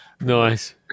Nice